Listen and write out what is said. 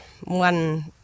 one